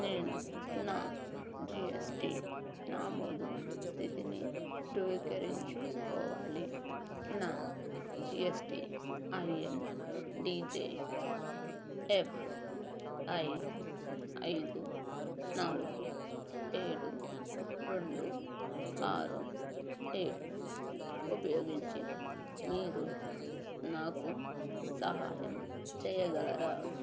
నేను నా జీఎస్టి నమోదు స్థితిని ధృవీకరించుకోవాలి నా జీఎస్టి ఐఎన్ డీజేఎఫ్ఐ ఐదు నాలుగు ఏడు రెండు ఆరు ఏడు ఉపయోగించి మీరు నాకు సహాయం చేయగలరా